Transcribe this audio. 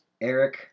Eric